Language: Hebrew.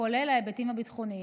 כולל ההיבטים הביטחוניים.